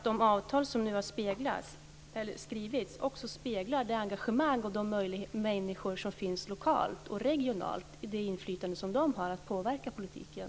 De avtal som har skrivits speglar också det engagemang hos de människor som finns lokalt och regionalt och det inflytande som de har att påverka politiken.